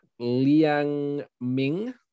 Liangming